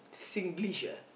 Singlish ah